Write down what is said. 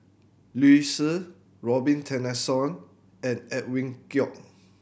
Liu Si Robin Tessensohn and Edwin Koek